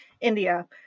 India